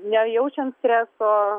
nejaučiant streso